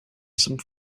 some